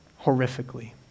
horrifically